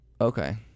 okay